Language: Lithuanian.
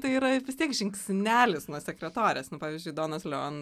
tai yra vis tiek žingsnelis nuo sekretorės nu pavyzdžiui donos leon